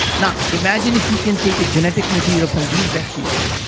now imagine if you can take a genetic material from these bacteria.